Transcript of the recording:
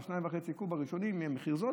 2.5 קוב הראשונים יהיה מחיר נמוך,